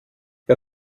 wir